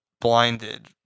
blinded